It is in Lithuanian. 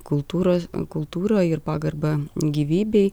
kultūros kultūrą ir pagarba gyvybei